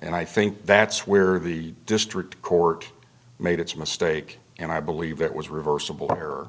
and i think that's where the district court made its mistake and i believe it was reversible er